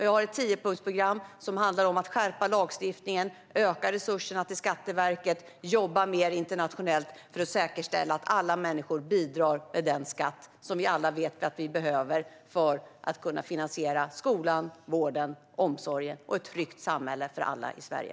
Vi har ett tiopunktsprogram som handlar om att skärpa lagstiftningen, öka resurserna till Skatteverket och jobba mer internationellt för att säkerställa att alla människor bidrar med den skatt som vi alla vet att vi behöver för att kunna finansiera skolan, vården, omsorgen och ett tryggt samhälle för alla i Sverige.